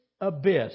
abyss